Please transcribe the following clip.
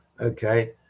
okay